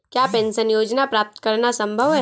क्या पेंशन योजना प्राप्त करना संभव है?